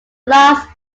last